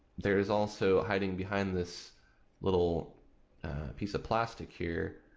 there is also, hiding behind this little piece a plastic here,